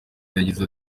yagize